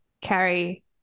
carry